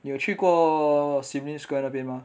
你有去过 sim lim square 那边吗